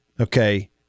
okay